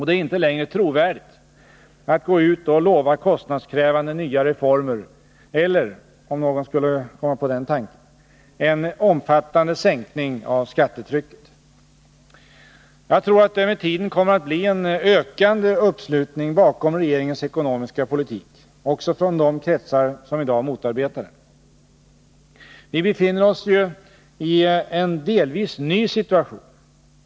Det är inte längre trovärdigt att gå ut och lova kostnadskrävande nya reformer eller — om någon skulle komma på den tanken — en omfattande sänkning av skattetrycket. Jag tror att det med tiden kommer att bli en ökande uppslutning bakom regeringens ekonomiska politik också från de kretsar som i dag motarbetar den. Vi befinner oss ju i en delvis ny situation.